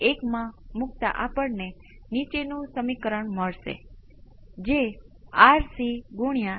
sine સાથે આપણે ક્યારેય કોસાઈનનું સંતુલન કરી શકતા નથી જે શક્ય નથી